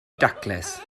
daclus